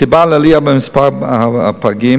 הסיבה לעלייה במספר הפגים